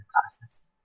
classes